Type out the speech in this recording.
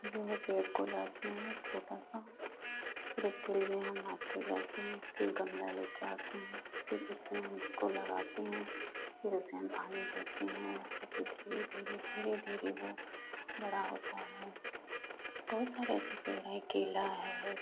जो है पेड़ को लाते हैं छोटा सा फिर उसके लिए हम मार्केट जाते है फिर गमला ले कर आते हैं फिर उसमें हम उसको लगाते हैं फिर उसे हम पानी देते हैं उसे धीरे धीरे धीरे धीरे वो बड़ा होता है बहुत सारे ऐसे पेड़ हैं केला है